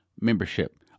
membership